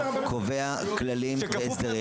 מנהל בית החולים קובע כללים והסדרים,